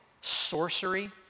sorcery